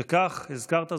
וכך, הזכרת זאת,